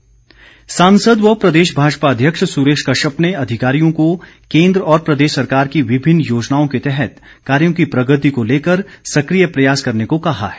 सुरेश कश्यप सांसद व प्रदेश भाजपा अध्यक्ष सुरेश कश्यप ने अधिकारियों को केंद्र और प्रदेश सरकार की विभिन्न योजनाओं के तहत कार्यो की प्रगति को लेकर सक्रिय प्रयास करने को कहा है